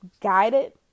guided